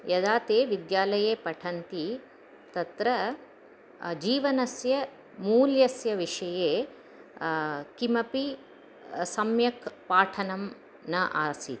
यदा ते विद्यालये पठन्ति तत्र जीवनस्य मूल्यस्य विषये किमपि सम्यक् पाठनं न आसीत्